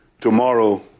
tomorrow